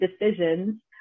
decisions